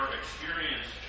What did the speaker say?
experience